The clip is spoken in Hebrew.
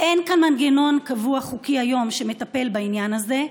אין כיום מנגנון קבוע, חוקי, שמטפל בעניין הזה.